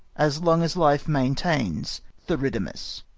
as long as life maintains theridamas.